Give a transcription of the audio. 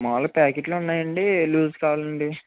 మాములుగా ప్యాకెట్లు ఉన్నాయండి లూస్ కావాలండి